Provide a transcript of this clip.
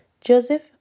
Joseph